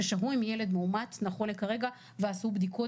ששהו עם ילד מאומת נכון לעכשיו ועשו בדיקות